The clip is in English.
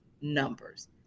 numbers